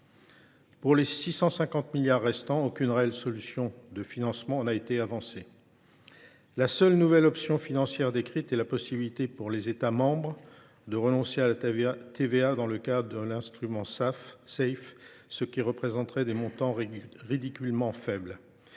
Pour les 650 milliards d’euros restants, aucune réelle solution de financement n’a été avancée. La seule option financière nouvelle est la possibilité, pour les États membres, de renoncer à la TVA dans le cadre de l’instrument Safe, ce qui représenterait des montants ridiculement faibles.